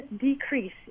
decrease